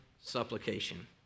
supplication